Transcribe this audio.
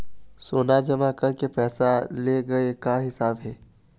सोना जमा करके पैसा ले गए का हिसाब हे?